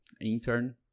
intern